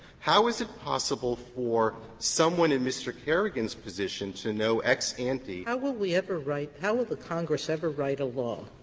how is it possible for someone in mr. carrigan's position to know ex ante sotomayor how will we ever write how will the congress ever write a law